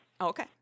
Okay